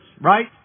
right